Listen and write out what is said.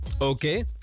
Okay